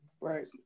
right